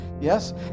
Yes